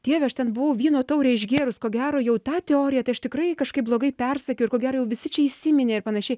dieve aš ten buvau vyno taurę išgėrus ko gero jau tą teoriją tai aš tikrai kažkaip blogai persakiau ir kuo gero jau visi čia įsiminė ir panašiai